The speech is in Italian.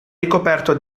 ricoperto